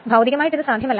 ഭൌതികമായി അത് സാധ്യമല്ല